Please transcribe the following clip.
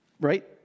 right